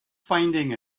finding